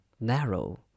narrow